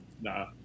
Nah